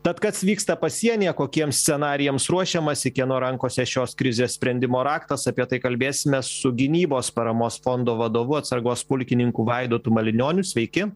tad kas vyksta pasienyje kokiems scenarijams ruošiamasi kieno rankose šios krizės sprendimo raktas apie tai kalbėsimės su gynybos paramos fondo vadovu atsargos pulkininku vaidotu malinioniu sveiki